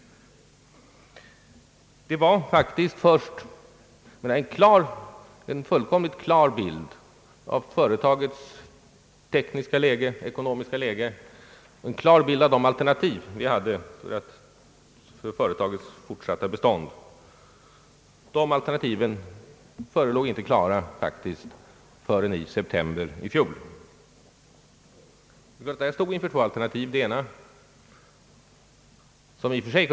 En fullständigt klar bild av företagets tekniska och ekonomiska läge och de alternativ som fanns för företagets fortsatta bestånd förelåg faktiskt inte förrän i september i fjol. Vi stod då inför två alternativ.